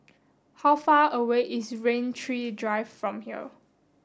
how far away is Rain Tree Drive from here